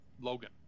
Logan